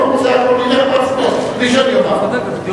הוא יצא החוצה בלי שאני אומר.